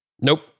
Nope